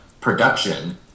production